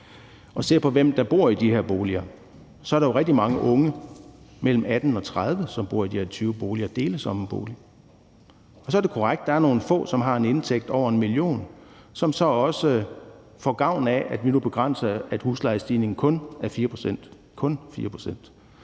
og ser på, hvem der bor i de her boliger, så er der jo rigtig mange unge mellem 18 og 30 år, som bor i den her type boliger og deles om en bolig. Og så er det korrekt, at der er nogle få, som har en indtægt på over 1 mio. kr., som så også får gavn af, at vi nu begrænser det, så huslejestigningen kun er på